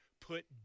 put